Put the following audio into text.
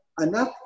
enough